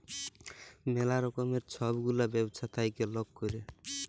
ম্যালা রকমের ছব গুলা ব্যবছা থ্যাইকে লক ক্যরে